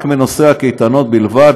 רק בנושא הקייטנות בלבד,